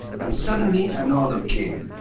and suddenly an order came.